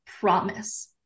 promise